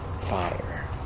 fire